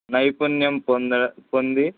నైపుణ్యం పొంద పొందే